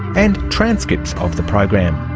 and transcripts of the program.